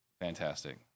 fantastic